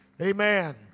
Amen